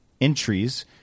entries